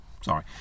Sorry